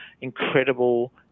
incredible